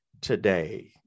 today